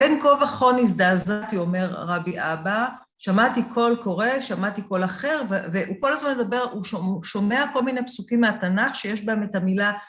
‫"בין כה וכה נזדעזעתי", אומר רבי אבא, "‫שמעתי קול קורא, שמעתי קול אחר", ‫ו... הוא כל הזמן מדבר, ‫הוא ש... הוא שומע כל מיני פסוקים מהתנ״ך ‫שיש בהם את המילה...